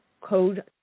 Code